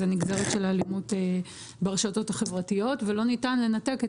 שזה נגזרת של האלימות ברשתות החברתיות ולא ניתן לנתק את